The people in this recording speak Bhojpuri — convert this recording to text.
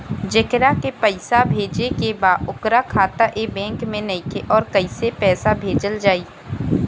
जेकरा के पैसा भेजे के बा ओकर खाता ए बैंक मे नईखे और कैसे पैसा भेजल जायी?